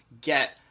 get